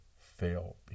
fail